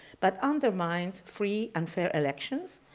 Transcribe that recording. but undermines free and fair elections,